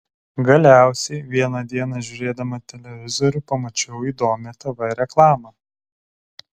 galiausiai vieną dieną žiūrėdama televizorių pamačiau įdomią tv reklamą